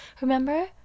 remember